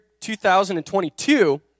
2022